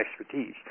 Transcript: expertise